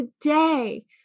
today